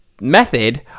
method